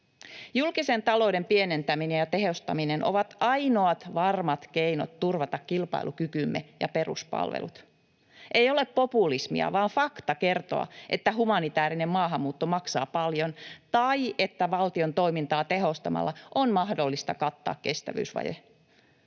Julkisen talouden pienentäminen ja tehostaminen ovat ainoat varmat keinot turvata kilpailukykymme ja peruspalvelut. Ei ole populismia vaan fakta kertoa, että humanitäärinen maahanmuutto maksaa paljon tai että valtion toimintaa tehostamalla on mahdollista kattaa kestävyysvaje.